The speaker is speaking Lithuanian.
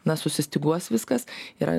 na susistyguos viskas yra